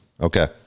Okay